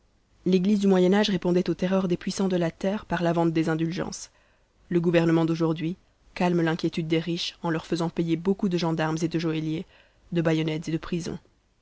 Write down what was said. l'eglise du moyen âge répondait aux terreurs des puissants de la terre par la vente des indulgences le gouvernement d'aujourd'hui calme l'inquiétude des riches en leur faisant payer beaucoup de gendarmes et de geôliers de baïonnettes et de prisons